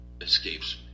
escapes